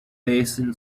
basin